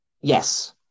Yes